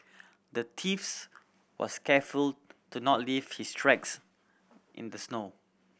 the thieves was careful to not leave his tracks in the snow